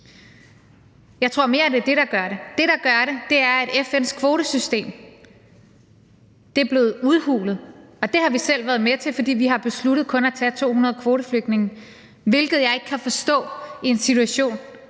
Jeg tror mere, det er det, der gør det. Det, der gør det, er, at FN's kvotesystem er blevet udhulet, og det har vi selv været med til, fordi vi har besluttet kun at tage 200 kvoteflygtninge, hvilket jeg ikke kan forstå i en situation